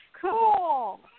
cool